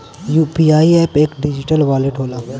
UPI app एक digital wallet होला